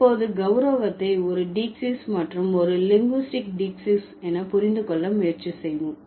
இப்போது கௌரவத்தை ஒரு டீக்சீஸ் மற்றும் ஒரு லிங்குஸ்டிக் டீக்சீஸ் என புரிந்து கொள்ள முயற்சி செய்வோம்